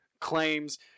claims